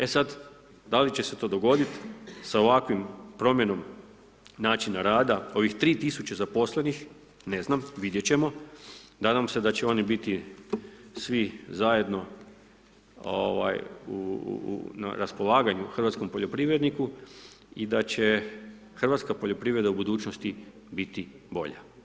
E sad, da li će se to dogodit sa ovakvim promjenom načina rada ovih 3000 zaposlenih, ne znam, vidjet ćemo, nadam se da će oni biti svi zajedno, ovaj, na raspolaganju hrvatskom poljoprivredniku i da će hrvatska poljoprivreda u budućnosti biti bolja.